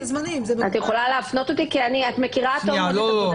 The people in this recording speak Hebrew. את יכולה להפנות אותי כי את מכירה --- לא.